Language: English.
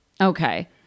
Okay